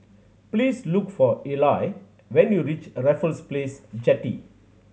please look for Eli when you reach Raffles Place Jetty